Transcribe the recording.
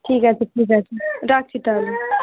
ঠিক আছে ঠিক আছে রাখছি তাহলে